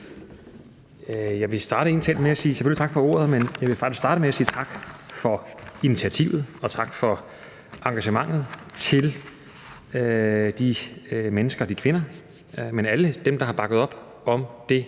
Jeg startede egentlig med – selvfølgelig – at sige tak for ordet, men jeg vil faktisk også starte med at sige tak for initiativet og tak for engagementet til de mennesker, kvinder og alle andre, der har bakket op om det